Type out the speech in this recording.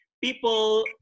people